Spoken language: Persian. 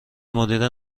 مدیره